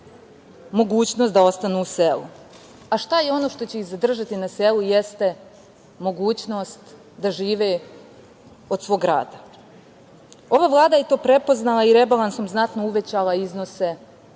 mogućnost da ostanu u selu. Šta je ono što će ih zadržati na selu? Jeste mogućnost da žive od svog rada. Ova Vlada je to prepoznala i rebalansom znatno uvećala iznose